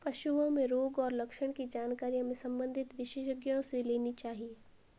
पशुओं में रोग और लक्षण की जानकारी हमें संबंधित विशेषज्ञों से लेनी चाहिए